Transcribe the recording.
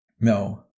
No